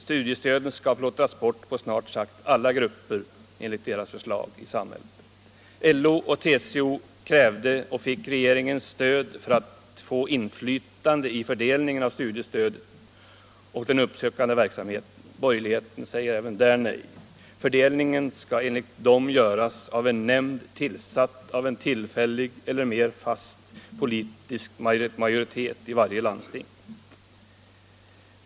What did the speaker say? Studiestöden skall enligt deras förslag plottras bort på snart sagt alla grupper i samhället. LO och TCO krävde och fick regeringens stöd för att få inflytande på fördelningen av studiestöden och den uppsökande verksamheten. Borgerligheten säger även där nej. Fördelningen skall enligt den göras av en nämnd tillsatt av en tillfällig eller mer fast politisk majoritet i varje landsting.